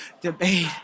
debate